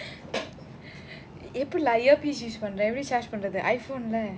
எப்டிலா:epdila earpiece எப்படி:eppadi charge பண்றது:panrathu I phone lah